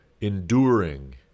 enduring